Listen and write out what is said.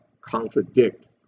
contradict